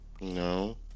No